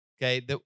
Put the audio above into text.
okay